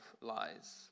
lies